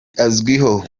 azwiho